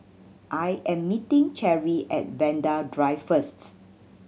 I am meeting Cherrie at Vanda Drive first